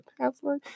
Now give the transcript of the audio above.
password